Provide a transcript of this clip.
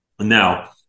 Now